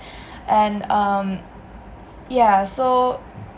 and um ya so